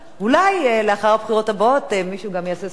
אולי לאחר הבחירות הבאות מישהו יעשה סדר